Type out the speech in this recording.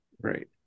Right